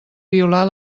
violar